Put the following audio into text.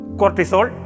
cortisol